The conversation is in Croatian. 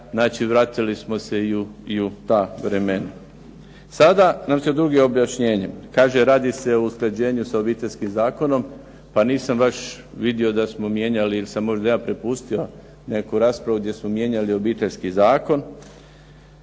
znači vratili smo se i u ta vremena. Sada nam se nudi objašnjenje. Kaže radi se o usklađenju sa Obiteljskim zakonom. Pa nisam baš vidio da smo mijenjali ili sam ja propustio neku raspravu, gdje su mijenjali Obiteljski zakon.